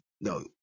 no